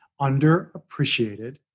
underappreciated